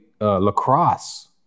lacrosse